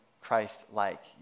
Christ-like